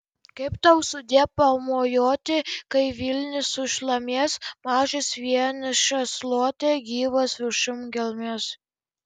kaip tau sudie pamojuoti kai vilnis sušlamės mažas vienišas luote gyvas viršum gelmės